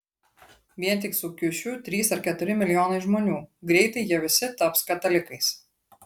vien tik su kiušiu trys ar keturi milijonai žmonių greitai jie visi taps katalikais